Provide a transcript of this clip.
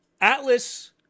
Atlas